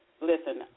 listen